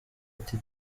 ati